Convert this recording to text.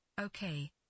Okay